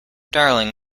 darling